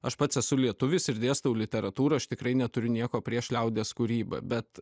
aš pats esu lietuvis ir dėstau literatūrą aš tikrai neturiu nieko prieš liaudies kūrybą bet